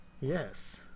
Yes